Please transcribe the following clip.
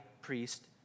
priest